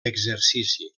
exercici